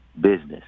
business